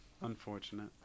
Unfortunate